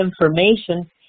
information